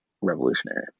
revolutionary